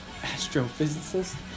Astrophysicist